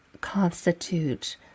constitute